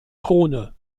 krone